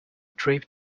trip